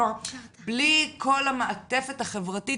כלומר בלי כל המעטפת החברתית,